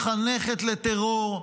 מחנכת לטרור,